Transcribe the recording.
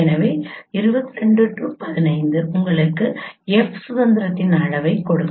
எனவே 22 15 உங்களுக்கு F சுதந்திரத்தின் அளவைக் கொடுக்கும்